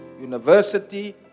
university